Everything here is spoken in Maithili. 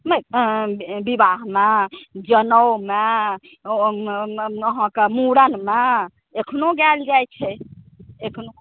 नहि विवाहमे जनउमे अहाँके मुड़नमे एखनो गैल जाइ छै एखनो